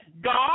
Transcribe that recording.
God